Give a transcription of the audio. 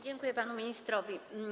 Dziękuję panu ministrowi.